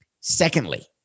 Secondly